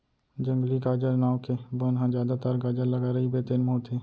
जंगली गाजर नांव के बन ह जादातर गाजर लगाए रहिबे तेन म होथे